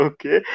Okay